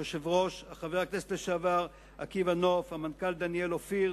היו"ר חבר הכנסת לשעבר עקיבא נוף והמנכ"ל דניאל אופיר,